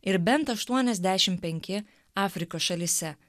ir bent aštuoniasdešimt penki afrikos šalyse